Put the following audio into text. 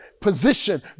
position